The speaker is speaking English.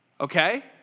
Okay